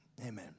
Amen